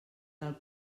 del